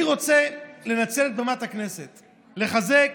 אני רוצה לנצל את במת הכנסת לחזק